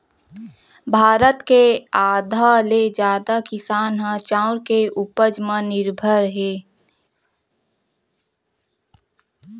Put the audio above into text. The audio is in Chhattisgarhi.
भारत के आधा ले जादा किसान ह चाँउर के उपज म निरभर हे